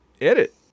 edit